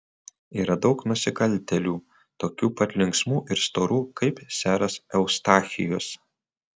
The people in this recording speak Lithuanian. yra daug nusikaltėlių tokių pat linksmų ir storų kaip seras eustachijus